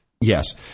yes